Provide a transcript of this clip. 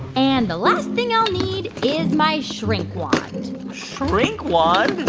and the last thing i'll need is my shrink wand shrink wand?